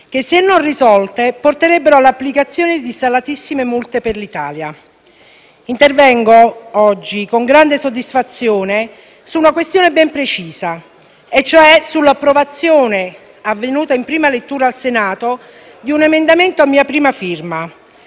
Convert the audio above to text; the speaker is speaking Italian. che, se non risolte, porterebbero all'applicazione di salatissime multe per l'Italia. Oggi intervengo, con grande soddisfazione, su una questione ben precisa e cioè sull'approvazione avvenuta in prima lettura al Senato di un emendamento a mia prima firma